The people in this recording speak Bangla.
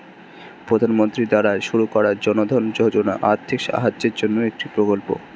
প্রধানমন্ত্রী দ্বারা শুরু করা জনধন যোজনা আর্থিক সাহায্যের জন্যে একটি প্রকল্প